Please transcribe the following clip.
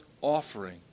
offering